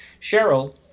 Cheryl